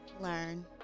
learn